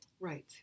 Right